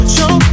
Show